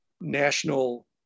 National